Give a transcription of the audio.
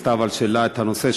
לחברת הכנסת שפיר שהעלתה את הנושא.